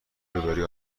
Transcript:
روبهروی